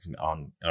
on